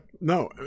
No